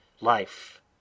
life